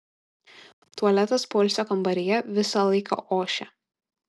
tualetas poilsio kambaryje visą laiką ošia